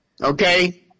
Okay